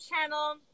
channel